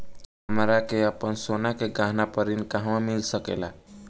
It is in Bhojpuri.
हमरा के आपन सोना के गहना पर ऋण कहवा मिल सकेला?